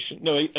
No